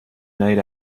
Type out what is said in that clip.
night